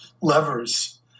levers